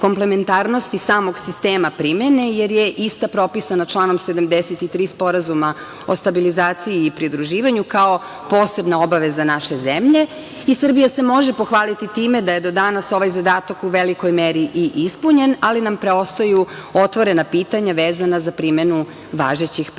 komplementarnosti samog sistema primene, jer je ista propisana članom 73. Sporazuma o stabilizaciji i pridruživanju kao posebna obaveza naše zemlje. Srbija se može pohvaliti time da je do danas ovaj zadatak u velikoj meri i ispunjen, ali nam preostaju otvorena pitanja vezana za primenu važećih